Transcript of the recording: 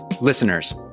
Listeners